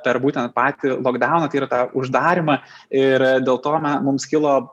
per būtent patį lokdauną tai yra tą uždarymą ir dėl to mums kilo